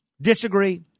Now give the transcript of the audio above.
disagree